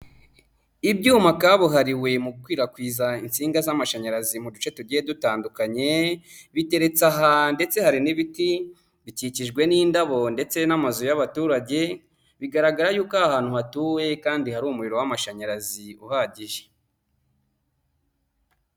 Ibyuma kabuhariwe mu gukwirakwiza insinga z'amashanyarazi mu duce tugiye dutandukanye ,biteretse aha ndetse hari n'ibiti bikikijwe n'indabo ndetse n'amazu y'abaturage bigaragara y'uko aha hantu hatuwe kandi hari umuriro w'amashanyarazi uhagije.